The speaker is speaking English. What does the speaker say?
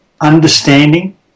understanding